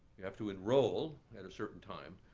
you have to enroll at a certain time.